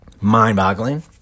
mind-boggling